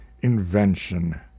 invention